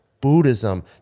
buddhism